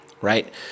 right